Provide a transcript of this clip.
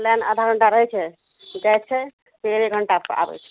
line आधा घण्टा रहै छै जाइ छै फेर एक घण्टा पर आबै छै